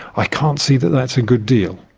i can't see that that's a good deal.